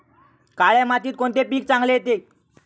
काळ्या मातीत कोणते पीक चांगले येते?